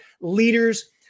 leaders